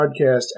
podcast